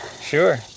sure